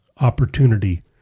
opportunity